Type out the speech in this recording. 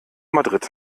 madrid